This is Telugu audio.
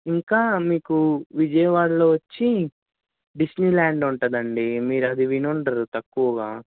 ఇంకా మీకు విజయవాడలో వచ్చి డిస్నీ ల్యాండ్ ఉంటుందండీ అది మీరు విని ఉండరు తక్కువగా